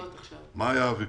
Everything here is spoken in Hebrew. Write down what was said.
מה היה הוויכוח?